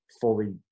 fully